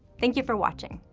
thank you for watching!